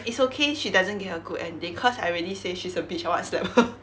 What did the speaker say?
it's okay she doesn't give a good ending cause I already say she's a bitch I wanna slap her